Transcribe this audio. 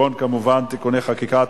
חשבון (תיקוני חקיקה),